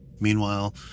Meanwhile